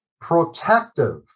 protective